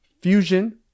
Fusion